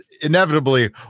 inevitably